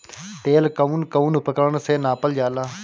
तेल कउन कउन उपकरण से नापल जाला?